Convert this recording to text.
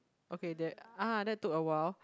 okay that !ah! that took awhile